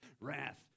Wrath